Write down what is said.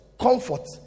comfort